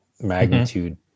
magnitude